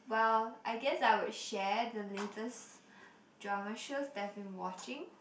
well I guess I would share the latest drama shows that I've been watching